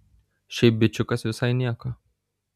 šiaip bičiukas visai nieko